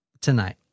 tonight